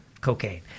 cocaine